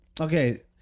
okay